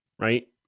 right